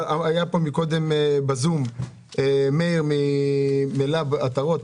מאיר מלאב עטרות